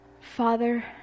Father